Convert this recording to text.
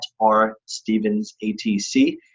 rstevensatc